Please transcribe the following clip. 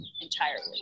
entirely